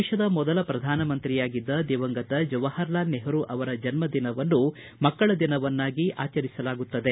ದೇಶದ ಮೊದಲ ಪ್ರಧನಮಂತ್ರಿಯಾಗಿದ್ದ ದಿವಂಗತ ಜವಾಹರಲಾಲ್ ನೆಹರೂ ಅವರ ಜನ್ನ ದಿನವನ್ನು ಮಕ್ಕಳ ದಿನವನ್ನಾಗಿ ಆಚರಿಸಲಾಗುತ್ತದೆ